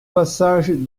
passage